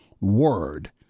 word